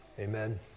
Amen